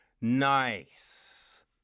nice